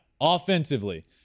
offensively